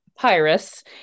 Pyrus